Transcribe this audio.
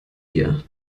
hier